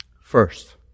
First